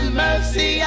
mercy